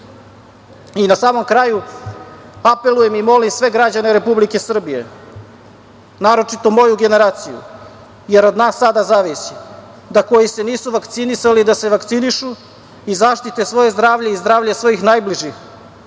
samom kraju, apelujem i molim sve građane Republike Srbije, naročito moju generaciju, jer od nas sada zavisi, da koji se nisu vakcinisali se vakcinišu i zaštite svoje zdravlje i zdravlje svojih najbližih